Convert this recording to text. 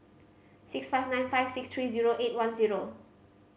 six five nine five six three zero eight one zero